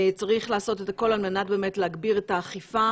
צריך לעשות את הכול על מנת להגביר את האכיפה,